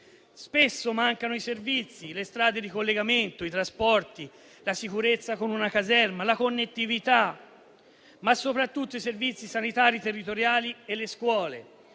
spesso mancano i servizi, le strade di collegamento, i trasporti, la sicurezza con una caserma, la connettività, ma soprattutto i servizi sanitari territoriali e le scuole.